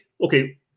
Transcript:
okay